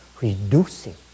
reducing